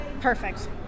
Perfect